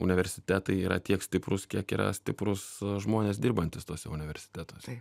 universitetai yra tiek stiprus kiek yra stiprus žmonės dirbantys tuose universitetuose